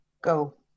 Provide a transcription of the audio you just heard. go